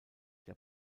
der